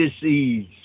disease